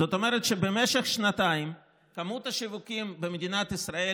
זאת אומרת שבמשך שנתיים מספר השיווקים במדינת ישראל,